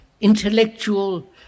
intellectual